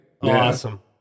Awesome